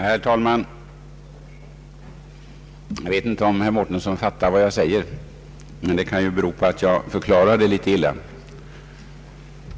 Herr talman! Jag vet inte om herr Mårtensson fattar vad jag säger, men om han inte gör det kan det bero på att jag förklarar litet illa.